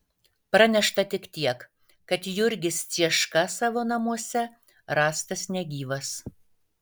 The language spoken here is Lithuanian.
pranešta tik tiek kad jurgis cieška savo namuose rastas negyvas